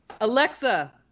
Alexa